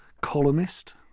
columnist